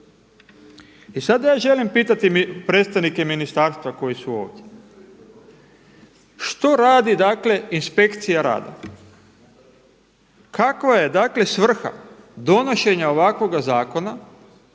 I sada ja želim pitati predstavnike ministarstva koji su ovdje. Što radi inspekcija rada? Kakva je svrha donošenja ovakvog zakona